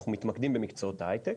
אנחנו מתמקדים במקצועות ההייטק